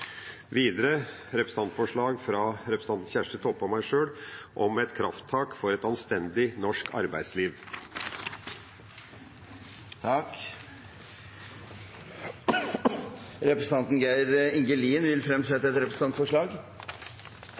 meg sjøl om et krafttak for et anstendig norsk arbeidsliv. Representanten Geir Inge Lien vil fremsette et representantforslag.